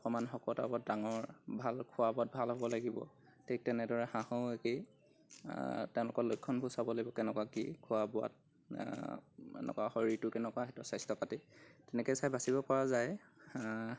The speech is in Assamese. অকণমান শকত আৱত ডাঙৰ ভাল খোৱা বোৱাত ভাল হ'ব লাগিব ঠিক তেনেদৰে হাঁহো একেই তেওঁলোকৰ লক্ষণবোৰ চাব লাগিব কেনেকুৱা কি খোৱা বোৱাত এনেকুৱা শৰীৰটো কেনেকুৱা সিহঁতৰ স্বাস্থ্য পাতি তেনেকৈ চাই বাচিব পৰা যায়